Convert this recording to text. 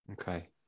okay